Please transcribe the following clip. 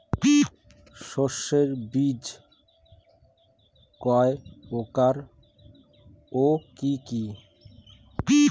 শস্যের বীজ কয় প্রকার ও কি কি?